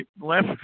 left